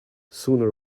sooner